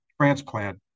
transplant